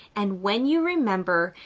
and when you remember,